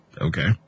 Okay